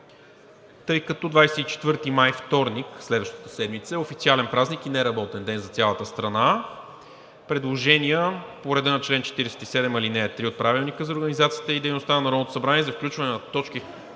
Тъй като 24 май, вторник следващата седмица, е официален празник и неработен ден за цялата страна, предложения по реда на чл. 47, ал. 3 от Правилника за организацията и дейността на Народното събрание за включване на точки